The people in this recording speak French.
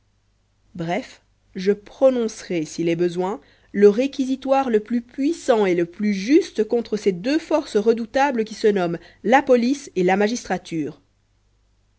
bref je prononcerai s'il est besoin le réquisitoire le plus puissant et le plus juste contre ces deux forces redoutables qui se nomment la police et la magistrature